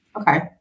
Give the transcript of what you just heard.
Okay